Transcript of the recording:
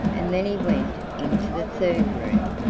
and then he went into the third room.